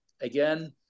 Again